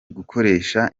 gukoresha